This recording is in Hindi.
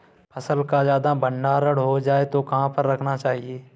फसल का ज्यादा भंडारण हो जाए तो कहाँ पर रखना चाहिए?